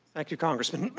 thank you congressman.